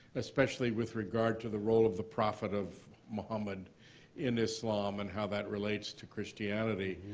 especially with regard to the role of the prophet of muhammad in islam and how that relates to christianity.